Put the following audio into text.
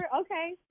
Okay